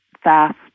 fast